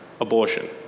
abortion